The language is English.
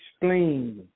explain